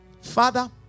Father